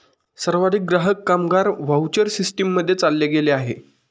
सर्वाधिक ग्राहक, कामगार व्हाउचर सिस्टीम मध्ये चालले गेले आहे